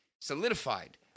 solidified